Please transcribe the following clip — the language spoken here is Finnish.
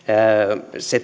se